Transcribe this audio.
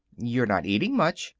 you're not eating much,